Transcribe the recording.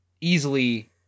easily